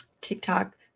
TikTok